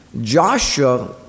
Joshua